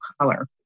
color